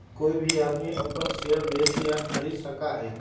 कोई भी आदमी अपन शेयर बेच या खरीद सका हई